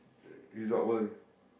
at Resort-World